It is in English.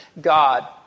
God